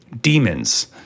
demons